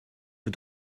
for